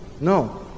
No